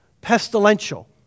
pestilential